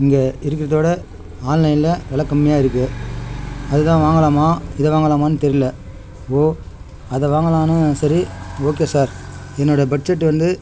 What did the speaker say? இங்கே இருக்கிறத விட ஆன்லைனில் வெலை கம்மியாக இருக்குது அது தான் வாங்கலாமா இதை வாங்கலாமான்னு தெரியல ஓ அதை வாங்கலாம்னும் சரி ஓகே சார் என்னோடய பட்ஜெட் வந்து